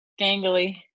Gangly